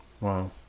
Wow